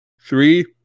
Three